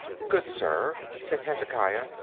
good sir, said hezekiah,